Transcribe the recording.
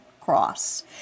cross